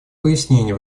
пояснения